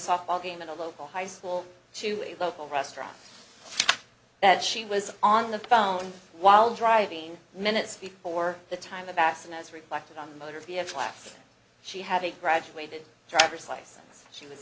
softball game in a local high school to a local restaurant that she was on the phone while driving minutes before the time the bason as reflected on the motor vehicle after she had a graduated driver's license she was